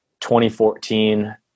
2014